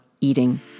eating